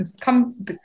come